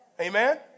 Amen